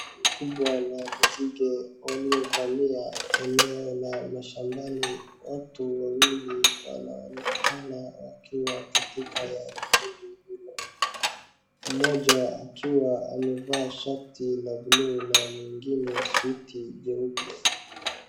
Kundi kubwa la nzige waliovamia eneo la mashambani, watu wawili wanaonekana wakiwa katika kundi hilo mmoja akiwa amevaa shati la buluu na mwingine suti jeupe.